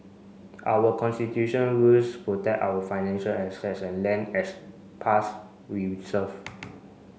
our Constitutional rules protect our financial assets and land as past reserve